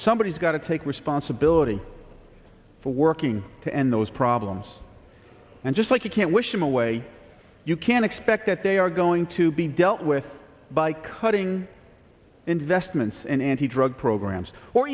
somebody has got to take responsibility for working to end those problems and just like you can't wish them away you can beck that they are going to be dealt with by cutting investments in anti drug programs or